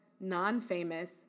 non-famous